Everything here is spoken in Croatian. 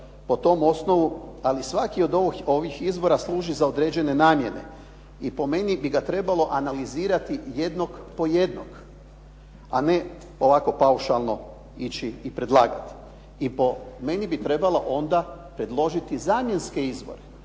po tom osnovu, ali svaki od ovih izvora služi za određene namjene i po meni bi ga trebalo analizirati jednog po jednog, a ne ovako paušalno ići i predlagati. I po meni bi trebalo onda predložiti zamjenske izvore.